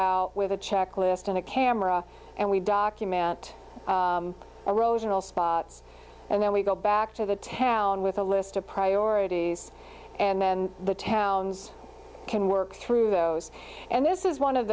out with a checklist and a camera and we document erosional spots and then we go back to the town with a list of priorities and then the towns can work through those and this is one of